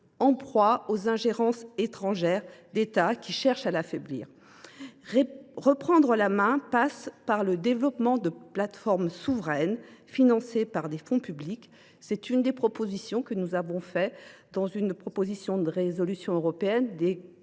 en proie aux ingérences étrangères d’États qui cherchent à l’affaiblir. Reprendre la main passe par le développement de plateformes souveraines, financées par des fonds publics. Tel est notamment l’objet de la proposition de résolution européenne sur la